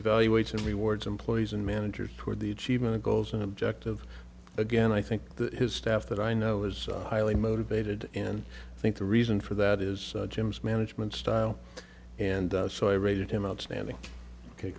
evaluates and rewards employees and managers toward the achievement of goals and objectives again i think that his staff that i know is highly motivated and i think the reason for that is jim's management style and so i rated him outstanding ok